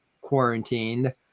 quarantined